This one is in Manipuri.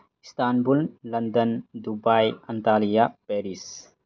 Istanbul London Dubai Antalya Paris